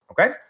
Okay